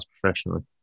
professionally